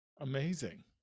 amazing